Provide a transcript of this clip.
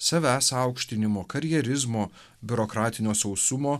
savęs aukštinimo karjerizmo biurokratinio sausumo